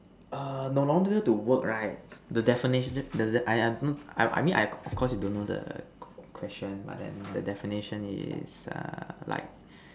err no longer to work right the definition the the the I I I the I mean of course you don't know the question but then the definition is err like